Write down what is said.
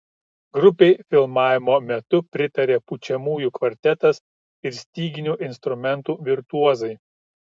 grupei filmavimo metu pritarė pučiamųjų kvartetas ir styginių instrumentų virtuozai